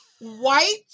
white